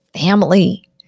family